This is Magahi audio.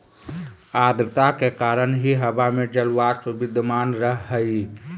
आद्रता के कारण ही हवा में जलवाष्प विद्यमान रह हई